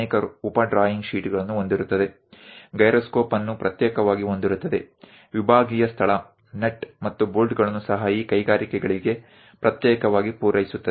અને એમાં ઘણી બધી સબ ડ્રોઈંગ શીટ પેટા ડ્રોઇંગ કાગળ હશે જેમાં થ્રસ્ટર્સ અલગથી હશે તેમાં ગાયરોસ્કોપ અલગથી હશે કમ્પાર્ટમેન્ટ સ્પેસ નટ અને બોલ્ટ્સ ચાકી અને બોલ્ટ પણ આ ઉદ્યોગોને અલગથી પૂરા પાડવામાં આવશે